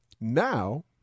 now